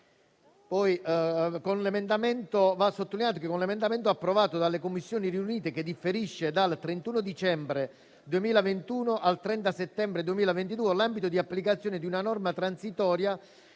nel testo proposto dall'emendamento approvato dalle Commissioni riunite, differisce dal 31 dicembre 2021 al 30 settembre 2022 1'ambito di applicazione di una norma transitoria